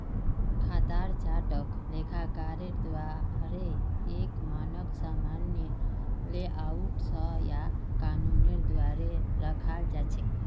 खातार चार्टक लेखाकारेर द्वाअरे एक मानक सामान्य लेआउट स या कानूनेर द्वारे रखाल जा छेक